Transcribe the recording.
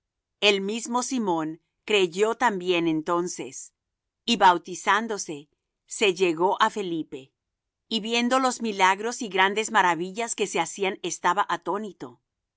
el mismo simón creyó también entonces y bautizándose se llegó á felipe y viendo los milagros y grandes maravillas que se hacían estaba atónito